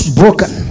broken